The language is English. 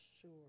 Sure